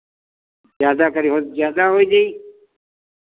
ज़्यादा करिहो तो ज़्यादा होइ जाई